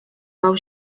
bał